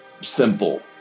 simple